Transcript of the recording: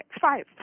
five